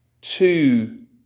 two